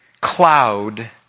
cloud